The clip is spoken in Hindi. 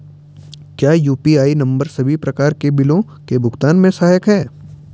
क्या यु.पी.आई नम्बर सभी प्रकार के बिलों के भुगतान में सहायक हैं?